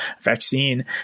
vaccine